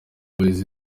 boys